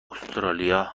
استرالیا